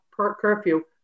curfew